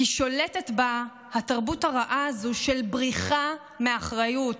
כי שולטת בה התרבות הרעה הזו של בריחה מאחריות,